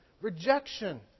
rejection